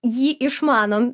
jį išmanom